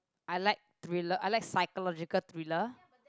I like thriller I like psychological thriller